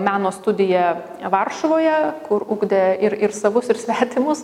meno studiją varšuvoje kur ugdė ir ir savus ir svetimus